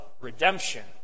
redemption